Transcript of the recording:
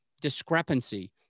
discrepancy